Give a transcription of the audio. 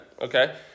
okay